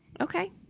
Okay